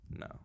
No